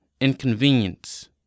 inconvenience